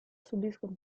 subiscono